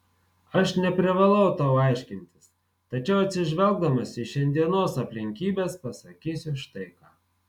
aš neprivalau tau aiškintis tačiau atsižvelgdamas į šiandienos aplinkybes pasakysiu štai ką